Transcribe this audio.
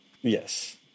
Yes